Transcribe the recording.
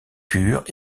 pures